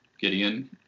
Gideon